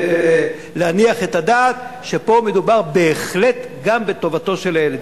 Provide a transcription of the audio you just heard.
אפשר להניח את הדעת שפה מדובר בהחלט גם בטובתו של הילד.